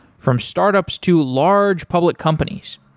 from startups to large public companies.